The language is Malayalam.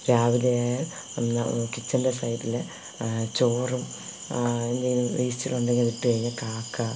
രാവിലെ ഒന്ന് കിച്ചന്റെ സൈഡില് ചോറും എന്തേലും വേസ്റ്റൂടുണ്ടെങ്കില് അതിട്ട് കഴിഞ്ഞാല് കാക്ക